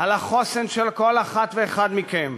על החוסן של כל אחד ואחת מכן.